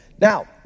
Now